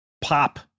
pop